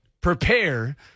prepare